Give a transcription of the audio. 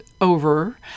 over